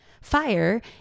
Fire